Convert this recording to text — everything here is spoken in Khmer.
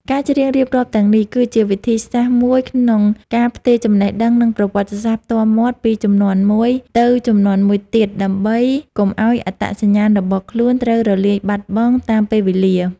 ការច្រៀងរៀបរាប់ទាំងនេះ គឺជាវិធីសាស្ត្រមួយក្នុងការផ្ទេរចំណេះដឹង និងប្រវត្តិសាស្ត្រផ្ទាល់មាត់ពីជំនាន់មួយទៅជំនាន់មួយទៀត ដើម្បីកុំឱ្យអត្តសញ្ញាណរបស់ខ្លួនត្រូវរលាយបាត់បង់តាមពេលវេលា។